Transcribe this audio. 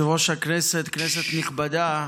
יושב-ראש הכנסת, כנסת נכבדה,